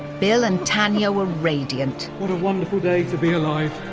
bill and tanya were radiant. what a wonderful day to be alive!